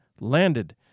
landed